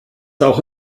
auch